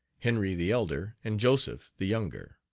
henry, the elder, and joseph, the younger.